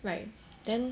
right then